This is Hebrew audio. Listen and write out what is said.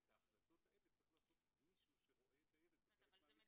ואת ההחלטות האלה צריך לעשות מישהו שרואה את הילד בחלק מהמקרים.